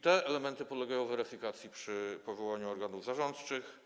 Te elementy podlegają weryfikacji przy powołaniu organów zarządczych.